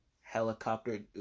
helicopter